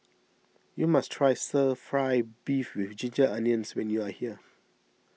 you must try Stir Fry Beef with Ginger Onions when you are here